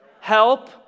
help